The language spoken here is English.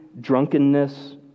drunkenness